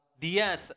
Dia